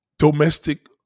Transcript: Domestic